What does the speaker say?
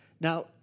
Now